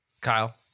Kyle